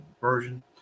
version